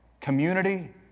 community